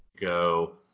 go